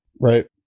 Right